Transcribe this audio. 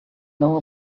know